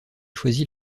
choisi